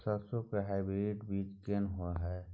सरसो के हाइब्रिड बीज कोन होय है?